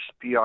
PR